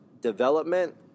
development